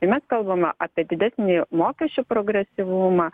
ir mes kalbame apie didesnį mokesčių progresyvumą